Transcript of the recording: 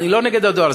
אני לא נגד הדואר,